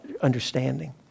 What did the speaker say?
understanding